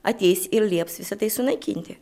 ateis ir lieps visa tai sunaikinti